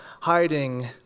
hiding